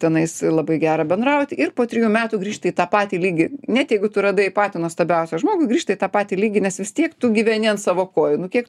tenais labai gera bendrauti ir po trijų metų grįžta į tą patį lygį net jeigu tu radai patį nuostabiausią žmogų grįžta į tą patį lygį nes vis tiek tu gyveni ant savo kojų nu kiek